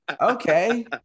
Okay